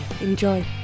enjoy